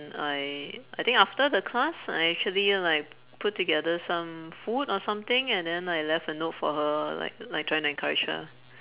I I think after the class I actually like put together some food or something and then I left a note for her like like trying to encourage her